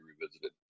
revisited